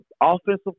offensive